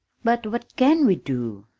but what can we do?